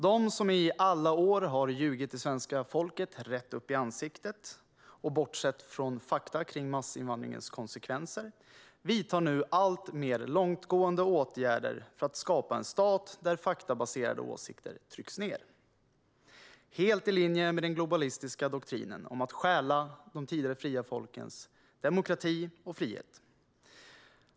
De som i alla år har ljugit svenska folket rätt upp i ansiktet och bortsett från fakta om massinvandringens konsekvenser vidtar nu alltmer långtgående åtgärder för att skapa en stat där faktabaserade åsikter trycks ned, helt i linje med den globalistiska doktrinen om att stjäla de tidigare fria folkens demokrati och frihet.